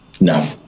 No